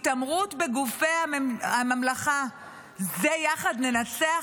התעמרות בגופי הממלכה זה "יחד ננצח"?